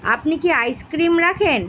আপনি কি আইসক্রিম রাখেন